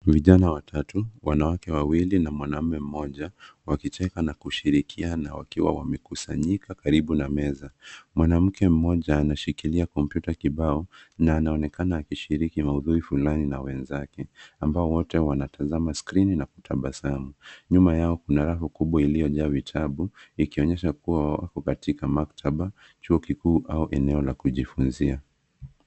Vijana watatu, wanawake wawili na mwanamme mmoja wakicheka na kushirikiana wakiwa wamekusanyika karibu na meza. Mwanamke mmoja anashikilia kompyuta kibao na anaonekana akishiriki maudhui fulani na wenzake ambao wote wanatazama skrini na kutabasamu. Nyuma yao, kuna rafu kubwa iliyojaa vitabu ikionyesha kuwa wako katika maktaba, chuo kikuu au eneo la kujifunzia.